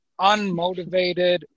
unmotivated